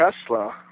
Tesla